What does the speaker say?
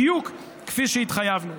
בדיוק כפי שהתחייבנו.